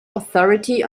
authority